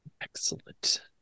Excellent